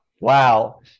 Wow